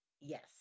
Yes